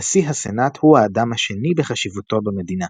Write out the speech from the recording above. נשיא הסנאט הוא האדם השני בחשיבותו במדינה.